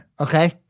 Okay